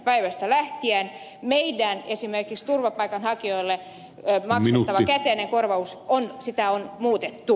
päivästä lähtien meidän esimerkiksi turvapaikanhakijoille maksettavaa käteistä korvausta on muutettu